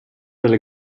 dalle